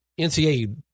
NCA